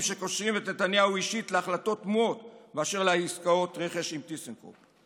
שקושרים את נתניהו אישית להחלטות תמוהות באשר לעסקאות רכש עם טיסנקרופ?